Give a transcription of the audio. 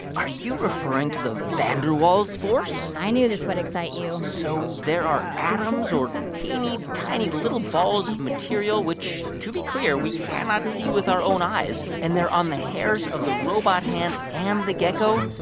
are you referring to the van der waals force? i knew this would excite you so there are atoms or teeny, tiny little balls of material which, to be clear, we cannot see with our own eyes. and they're on the hairs of the robot hand and the gecko.